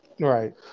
Right